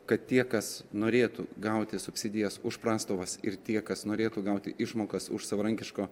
kad tie kas norėtų gauti subsidijas už prastovas ir tie kas norėtų gauti išmokas už savarankiško